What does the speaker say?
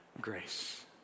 grace